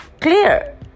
clear